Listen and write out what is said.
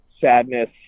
sadness